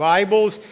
Bibles